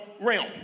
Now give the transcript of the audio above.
realm